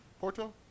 Porto